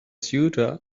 ceuta